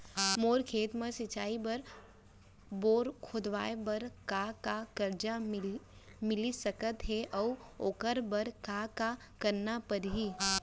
मोर खेत म सिंचाई बर बोर खोदवाये बर का का करजा मिलिस सकत हे अऊ ओखर बर का का करना परही?